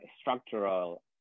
structural